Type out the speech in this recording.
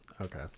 Okay